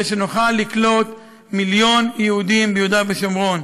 שנוכל לקלוט מיליון יהודים ביהודה ושומרון.